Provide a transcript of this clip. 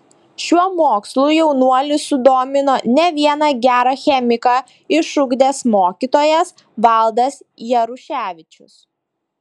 šiuo mokslu jaunuolį sudomino ne vieną gerą chemiką išugdęs mokytojas valdas jaruševičius